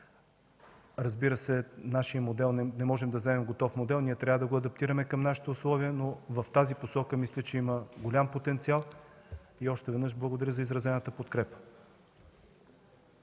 Разбира се, не можем да вземем готов модел, ние трябва да го адаптираме към нашите условия, но мисля, че в тази посока има голям потенциал. Още веднъж благодаря за изразената подкрепа.